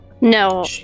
No